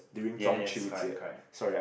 ya yes correct correct